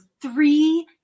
three